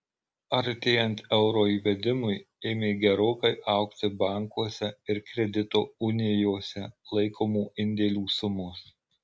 artėjant euro įvedimui ėmė gerokai augti bankuose ir kredito unijose laikomų indėlių sumos